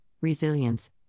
resilience